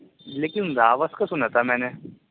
لیکن راوس کا سنا تھا میں نے